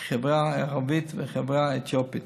כחברה הערבית והחברה האתיופית.